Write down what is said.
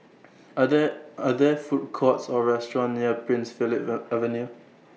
Are There Are There Food Courts Or restaurants near Prince Philip Are Avenue